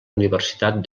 universitat